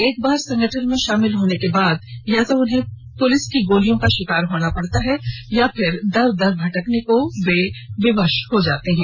एक बार संगठन में शामिल होने के बाद या तो पुलिस की गोलियों के शिकार होना पड़ता है या फिर दर दर भटकने को विवश रहते हैं